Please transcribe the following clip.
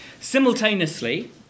Simultaneously